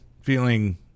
feeling